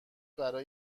برا